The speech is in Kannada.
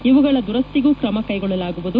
ಇವುಗಳ ದುರಸ್ಥಿಗೂ ಕ್ರಮ ಕೈಗೊಳ್ಳಲಾಗುವುದು